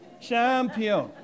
Champion